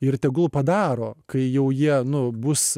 ir tegul padaro kai jau jie nu bus